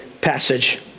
passage